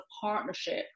partnership